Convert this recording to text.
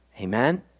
Amen